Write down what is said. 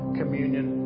communion